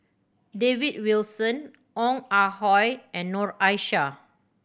David Wilson Ong Ah Hoi and Noor Aishah